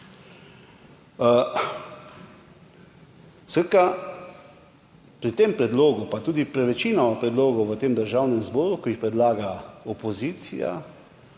nazaj. Pri tem predlogu, pa tudi večini predlogov v tem državnem zboru, ki jih predlaga opozicija,